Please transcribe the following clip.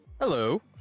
hello